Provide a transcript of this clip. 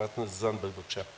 חברת הכנסת תמר זנדברג, בבקשה.